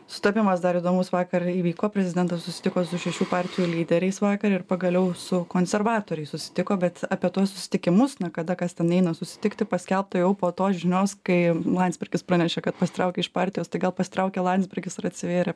sutapimas dar įdomus vakar įvyko prezidentas susitiko su šešių partijų lyderiais vakar ir pagaliau su konservatoriais susitiko bet apie tuos susitikimus na kada kas ten eina susitikti paskelbta jau po tos žinios kai landsbergis pranešė kad pasitraukė iš partijos tai gal pasitraukė landsbergis ir atsivėrė